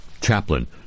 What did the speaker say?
Chaplain